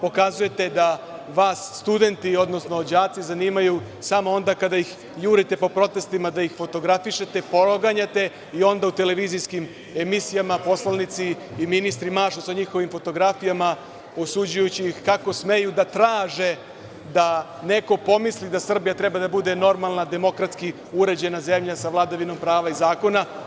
Pokazujete da vas studenti, odnosno đaci zanimaju samo onda kada ih jurite po protestima da ih fotografišete, proganjate, a onda u televizijskim emisija poslanici i ministri mašu sa njihovim fotografijama, osuđujući ih kako smeju da traže, da neko pomisli da Srbija treba da bude normalna demokratski uređena zemlja sa vladavinom prava i zakona.